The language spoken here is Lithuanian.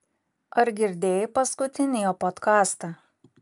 ar girdėjai paskutinį jo podkastą